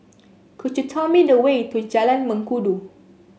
could you tell me the way to Jalan Mengkudu